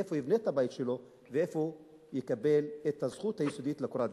איפה הוא יבנה את הבית שלו ואיפה הוא יקבל את הזכות היסודית לקורת-גג.